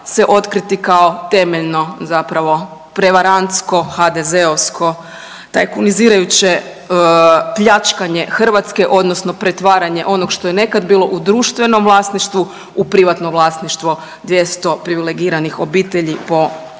se otkriti kao temeljno zapravo prevarantsko HDZ-ovsko tajkunizirajuće pljačkanje Hrvatske odnosno pretvaranje onog što je nekad bilo u društvenom vlasništvu u privatno vlasništvo, 200 privilegiranih obitelji po